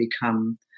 become